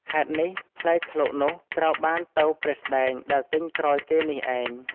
ហេតុនេះ ផ្លែឃ្លោកនោះត្រូវបានទៅព្រះស្ដែងដែលទិញក្រោយគេនេះឯង”។